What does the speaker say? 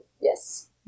yes